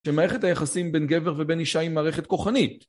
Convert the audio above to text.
שמערכת היחסים בין גבר ובין אישה היא מערכת כוחנית.